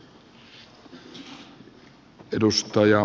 arvoisa puhemies